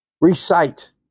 recite